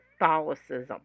Catholicism